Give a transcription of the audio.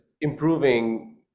improving